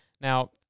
Now